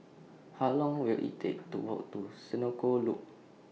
How Long Will IT Take to Walk to Senoko Loop